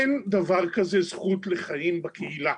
אין דבר כזה זכות לחיים בקהילה.